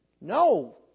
No